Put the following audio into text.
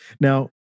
Now